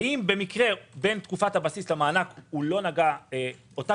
ואם במקרה בין תקופת הבסיס לבין המענק אותו מספר עובדים